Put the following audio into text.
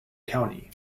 county